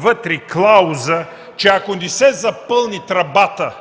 вътре има клауза, ако не се запълни тръбата,